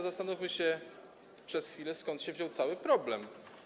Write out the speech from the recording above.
Zastanówmy się przez chwilę, skąd się wziął cały problem.